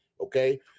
okay